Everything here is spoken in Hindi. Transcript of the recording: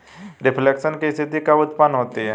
रिफ्लेशन की स्थिति कब उत्पन्न होती है?